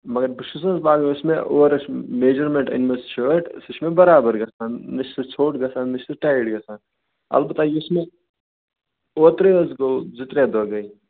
مگر بہٕ چھُس نا حظ لاگان یہِ چھِ مےٚ اور ٲسۍ میجرمیٚنٹ أنمٕژ شٲٹ سُہ چھِ مےٚ برابر گژھان نہٕ چھِ سُہ ژھوٚٹ گژھان نہٕ چھِ سُہ ٹایٹ گژھان البتہٕ یہِ چھِ مےٚ اوٚترے حظ گوٚو زٕ ترٛےٚ دۄہ گٔے